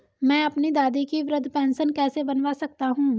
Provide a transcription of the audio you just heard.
मैं अपनी दादी की वृद्ध पेंशन कैसे बनवा सकता हूँ?